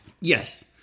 Yes